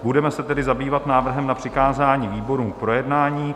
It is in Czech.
Budeme se tedy zabývat návrhem na přikázání výborům k projednání.